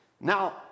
Now